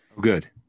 good